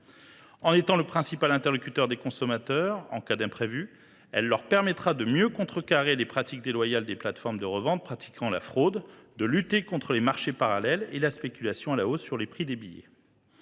En étant la principale interface des consommateurs en cas d’imprévu, ce dispositif leur permettra de mieux contrecarrer les pratiques déloyales des plateformes de revente pratiquant la fraude, de lutter contre les marchés parallèles et la spéculation à la hausse sur les prix des billets.